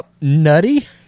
nutty